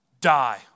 die